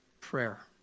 Prayer